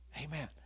Amen